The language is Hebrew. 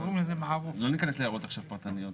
לא, לא, לא ניכנס להערות עכשיו פרטניות,